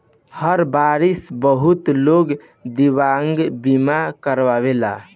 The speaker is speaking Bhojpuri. हर बारिस बहुत लोग दिव्यांग बीमा करावेलन